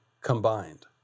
combined